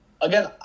again